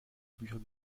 bücher